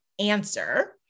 answer